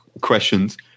questions